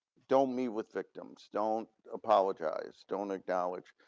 don't meet with victims. don't apologize, don't acknowledge.